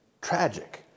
tragic